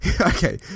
okay